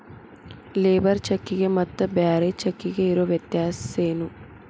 Labour ಚೆಕ್ಕಿಗೆ ಮತ್ತ್ ಬ್ಯಾರೆ ಚೆಕ್ಕಿಗೆ ಇರೊ ವ್ಯತ್ಯಾಸೇನು?